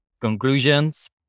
conclusions